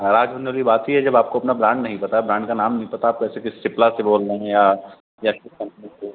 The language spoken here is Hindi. नाराज होने वाली बात ही है जब आपको अपना ब्राण्ड नहीं पता ब्राण्ड का नाम नहीं पता आप कैसे किसी सिपला से बोल रहे हैं या कम्पनी से